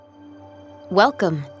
Welcome